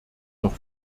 noch